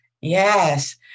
Yes